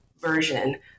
version